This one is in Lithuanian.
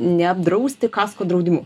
neapdrausti kasko draudimu